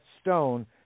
stone